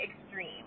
extreme